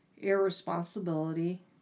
irresponsibility